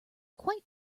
quite